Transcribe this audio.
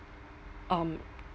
um